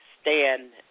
stand